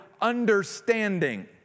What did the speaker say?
understanding